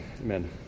Amen